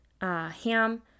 ham